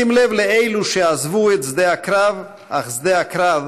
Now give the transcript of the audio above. לשים לב לאלו שעזבו את שדה הקרב אך שדה הקרב